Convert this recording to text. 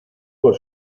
por